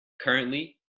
currently